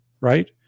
right